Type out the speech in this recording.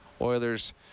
Oilers